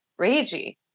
ragey